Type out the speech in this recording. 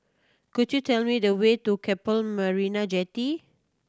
could you tell me the way to Keppel Marina Jetty